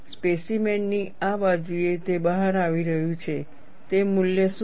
specimen ની આ બાજુએ તે બહાર આવી રહ્યું છે તે મૂલ્ય શું છે